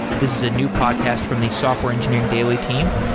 this is a new podcast from the software engineering daily team.